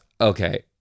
Okay